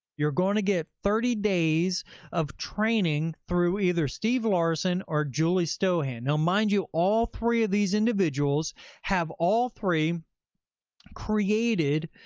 you're going to get thirty days of training through either steve larsen or julie stoian. now mind you, all three of these individuals have, all three created